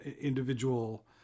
individual